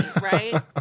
right